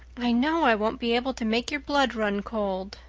i know i won't be able to make your blood run cold.